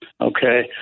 Okay